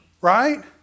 right